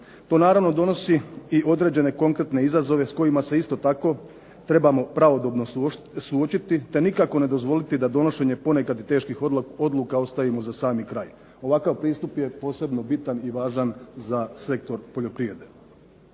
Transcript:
To naravno donosi i određene konkretne izazove s kojima se trebamo pravodobno suočiti, te nikako ne dozvoliti da ponekad donošenje teških odluka ostavimo za sami kraj. Ovakav pristup je posebno bitan i važan za sektor poljoprivrede.